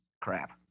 crap